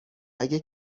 اگه